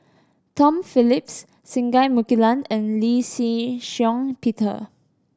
Tom Phillips Singai Mukilan and Lee Shih Shiong Peter